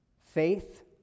faith